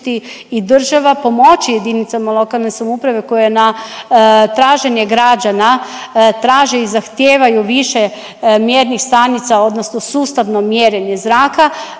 i država, pomoći jedinicama lokalne samouprave koje na traženje građana traže i zahtijevaju više mjernih sustava odnosno sustavno mjerenje zraka